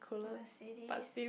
Mercedes